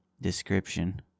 description